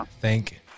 thank